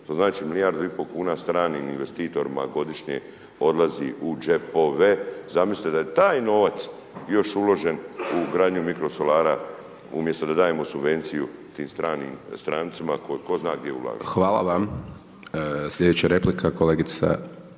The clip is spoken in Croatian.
to znači milijardu i po kuna stranim investitorima godišnje odlazi u džepove. Zamislite da je taj novac još uložen u gradnju mikrosolara umjesto da dajemo subvenciju tim stranim strancima koji ko zna gdje ulažu. **Hajdaš Dončić, Siniša